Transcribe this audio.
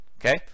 Okay